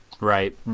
Right